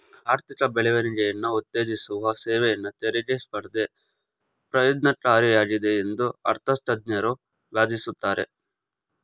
ಆರ್ಥಿಕ ಬೆಳವಣಿಗೆಯನ್ನ ಉತ್ತೇಜಿಸುವ ಸೇವೆಯನ್ನ ತೆರಿಗೆ ಸ್ಪರ್ಧೆ ಪ್ರಯೋಜ್ನಕಾರಿಯಾಗಿದೆ ಎಂದು ಅರ್ಥಶಾಸ್ತ್ರಜ್ಞರು ವಾದಿಸುತ್ತಾರೆ